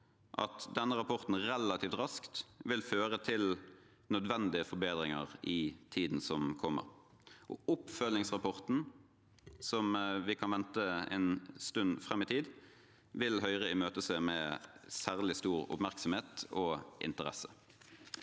at rapporten relativt raskt vil føre til nødvendige forbedringer i tiden som kommer. Oppfølgingsrapporten, som vi kan vente en stund fram i tid, vil Høyre imøtese med særlig stor oppmerksomhet og interesse.